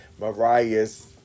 Mariah's